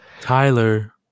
Tyler